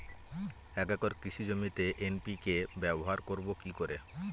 এক একর কৃষি জমিতে এন.পি.কে ব্যবহার করব কি করে?